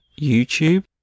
YouTube